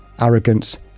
arrogance